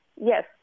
yes